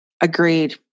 Agreed